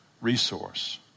resource